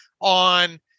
on